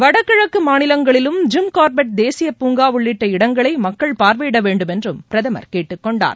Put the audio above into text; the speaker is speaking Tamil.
வடகிழக்கு மாநிவங்களிலும் ஜிம்கார்ப்பெட் தேசிய பூங்கா உள்ளிட்ட இடங்களை மக்கள் பார்வையிட வேண்டும் என்றும் பிரதமர் கேட்டுக்கொண்டார்